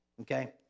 okay